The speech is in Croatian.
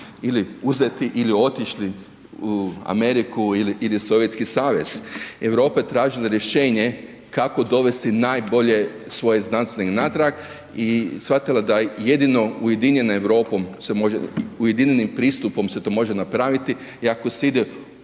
ili uzeti ili otišli u Ameriku ili Sovjetski Savez, Europa je tražila rješenje kako dovesti najbolje svoje znanstvenike natrag i shvatila da jedino ujedinjenom Europom se može, ujedinjenim pristupom se to može napraviti i ako se ide